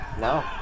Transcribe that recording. No